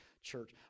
church